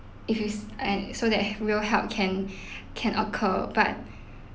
if is and so that will help can can occur but